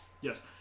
Yes